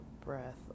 breath